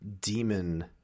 demon